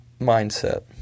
mindset